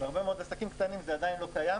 בהרבה מאוד עסקים קטנים זה עדיין לא קיים,